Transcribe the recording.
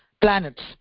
planets